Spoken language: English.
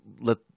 let